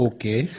Okay